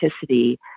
authenticity